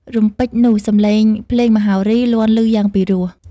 រំពេចនោះ សំលេងភ្លេង មហោរីលាន់លីយ៉ាងពីរោះ ។